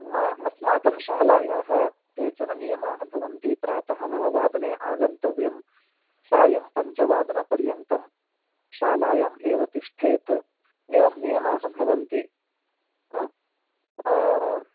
अस्माकं शालायाः केचननियमाः भवन्ति प्रातः नववादने आगन्तव्यम् सायं पञ्चवादनपर्यन्तम् शालायाम् एव तिष्ठेत् एवं नियमाः भवन्ति ह्म्